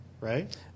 Right